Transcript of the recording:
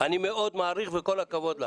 אני מאוד מעריך וכל הכבוד לך.